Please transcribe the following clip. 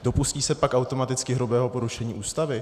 Dopustí se pak automaticky hrubého porušen Ústavy?